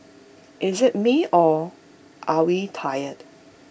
is IT me or are we tired